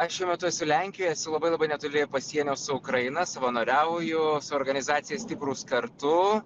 aš šiuo metu esu lenkijoj esu labai labai netoli pasienio su ukraina savanoriauju su organizacija stiprūs kartu